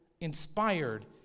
inspired